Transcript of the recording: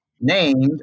named